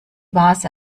vase